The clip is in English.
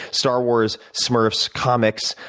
star wars, smurfs, comics,